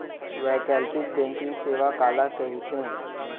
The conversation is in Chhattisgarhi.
वैकल्पिक बैंकिंग सेवा काला कहिथे?